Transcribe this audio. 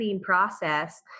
process